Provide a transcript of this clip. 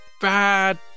bad